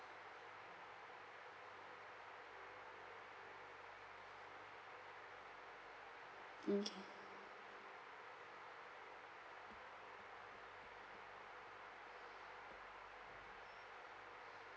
mm okay